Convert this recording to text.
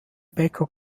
bäcker